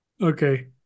okay